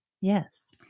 Yes